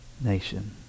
nation